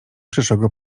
przyszłego